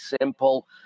simple